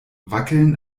wackeln